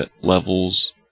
levels